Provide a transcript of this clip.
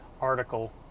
article